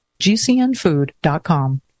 gcnfood.com